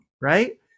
right